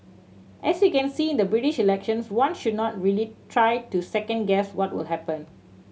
as you can see in the British elections one should not really try to second guess what will happen